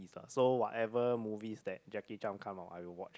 so whatever movies that Jackie-Chan come out I will watch lah